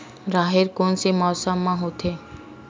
राहेर कोन से मौसम म होथे?